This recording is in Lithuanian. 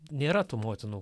nėra tų motinų